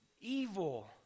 evil